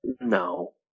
No